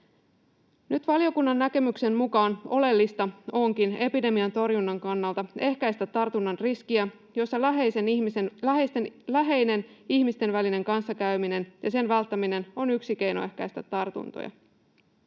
Valiokunnan näkemyksen mukaan nyt oleellista onkin epidemian torjunnan kannalta ehkäistä tartunnan riskiä, ja läheisen ihmisten välisen kanssakäymisen välttäminen on yksi keino ehkäistä tartuntoja.